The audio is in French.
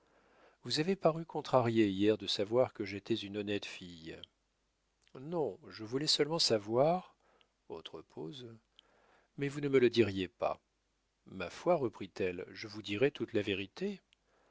vous avez paru contrarié hier de savoir que j'étais une honnête fille non je voulais seulement savoir autre pause mais vous ne me le diriez pas ma foi reprit-elle je vous dirai toute la vérité